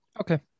Okay